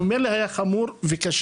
הוא ממילא היה חמור וקשה,